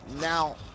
Now